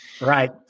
Right